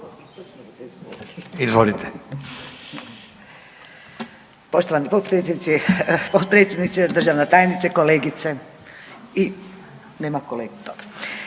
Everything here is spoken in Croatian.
Izvolite.